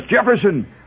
Jefferson